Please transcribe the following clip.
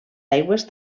aigües